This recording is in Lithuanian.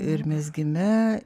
ir mezgime